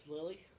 Lily